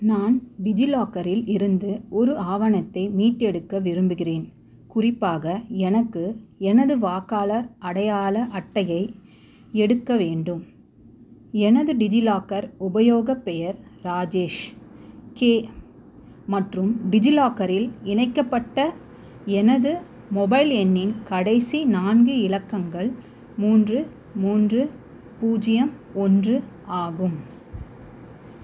நான் டிஜிலாக்கரில் இருந்து ஒரு ஆவணத்தை மீட்டெடுக்க விரும்புகிறேன் குறிப்பாக எனக்கு எனது வாக்காளர் அடையாள அட்டையை எடுக்க வேண்டும் எனது டிஜிலாக்கர் உபயோகப் பெயர் ராஜேஷ் கே மற்றும் டிஜிலாக்கரில் இணைக்கப்பட்ட எனது மொபைல் எண்ணின் கடைசி நான்கு இலக்கங்கள் மூன்று மூன்று பூஜ்ஜியம் ஒன்று ஆகும்